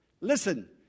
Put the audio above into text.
listen